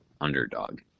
underdog